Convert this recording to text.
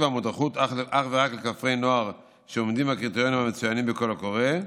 המודרכות אך ורק לכפרי נוער שעומדים בקריטריונים המצוינים בקול הקורא: